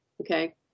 okay